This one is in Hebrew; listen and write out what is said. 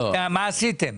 מה עשיתם?